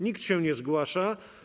Nikt się nie zgłasza.